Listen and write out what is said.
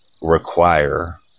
require